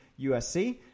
USC